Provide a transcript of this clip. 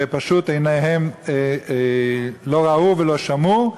ופשוט עיניהם לא ראו ולא שמעו.